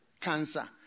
cancer